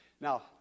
now